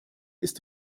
ist